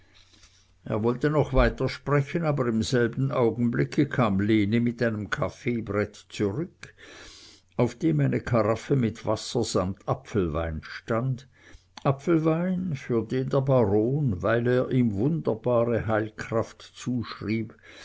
er wollte noch weitersprechen aber im selben augenblicke kam lene mit einem kaffeebrett zurück auf dem eine karaffe mit wasser samt apfelwein stand apfelwein für den der baron weil er ihm wunderbare heilkraft zuschrieb